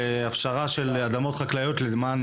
הפשרת אדמות חקלאיות למען